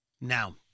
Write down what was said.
Now